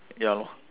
ya lor